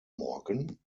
morgen